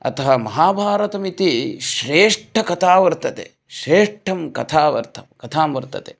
अतः महाभारतम् इति श्रेष्ठकथा वर्तते श्रेष्ठा कथा वर्तते कथा वर्तते